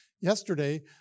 yesterday